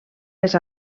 les